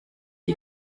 die